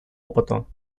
опыту